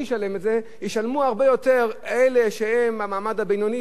ישלמו הרבה יותר אלה שהם המעמד הבינוני והמעמד הנמוך.